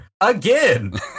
Again